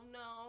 no